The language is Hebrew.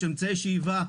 יש אמצעי שאיבה.